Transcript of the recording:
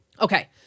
Okay